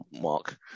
mark